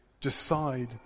decide